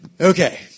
okay